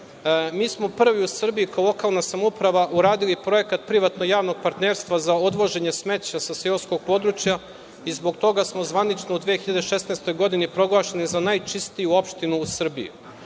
Mi smo prvi u Srbiji kao lokalna samouprava uradili projekat privatno-javnog partnerstva za odvoženje smeća sa seoskog područja i zbog toga smo zvanično u 2016. godini proglašeni za najčistiju opštinu u Srbiji,